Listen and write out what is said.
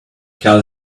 call